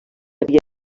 havia